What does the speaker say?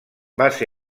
base